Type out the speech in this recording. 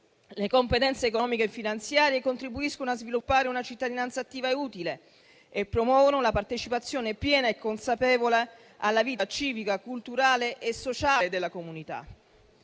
Le competenze economiche e finanziarie contribuiscono a sviluppare una cittadinanza attiva e utile e promuovono la partecipazione piena e consapevole alla vita civica, culturale e sociale della comunità.